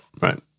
right